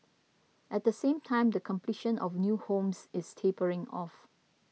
at the same time the completion of new homes is tapering off